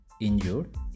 injured